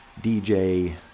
DJ